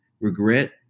regret